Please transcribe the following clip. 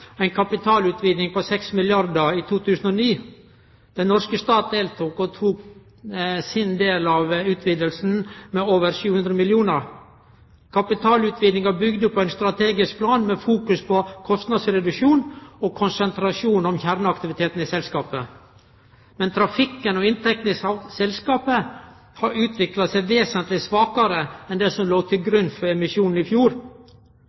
kapitalutviding på 6 milliardar kr i 2009. Den norske staten deltok og tok sin del av utvidinga med over 700 mill. kr. Kapitalutvidinga bygde på ein strategisk plan med fokus på kostnadsreduksjon og konsentrasjon om kjerneaktivitetane i selskapet. Men trafikken og inntektene til selskapet har utvikla seg vesentleg svakare enn det som låg til grunn for emisjonen i fjor.